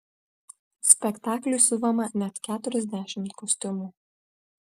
spektakliui siuvama net keturiasdešimt kostiumų